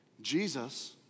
Jesus